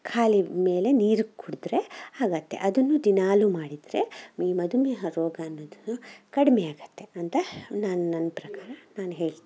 ಖಾಲಿ ಮೇಲೆ ನೀರು ಕುಡಿದರೆ ಆಗತ್ತೆ ಅದನ್ನು ದಿನಾಗಲೂ ಮಾಡಿದರೆ ಈ ಮಧುಮೇಹ ರೋಗ ಅನ್ನೋದು ಕಡಿಮೆ ಆಗತ್ತೆ ಅಂತ ನಾನು ನನ್ನ ಪ್ರಕಾರ ನಾನು ಹೇಳ್ತಿನಿ